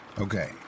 Okay